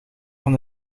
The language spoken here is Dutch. van